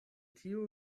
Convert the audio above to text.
tio